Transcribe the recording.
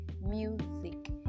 music